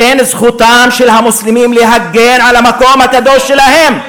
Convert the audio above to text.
לכן, זכותם של המוסלמים להגן על המקום הקדוש שלהם,